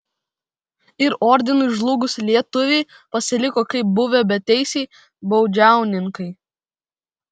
ir ordinui žlugus lietuviai pasiliko kaip buvę beteisiai baudžiauninkai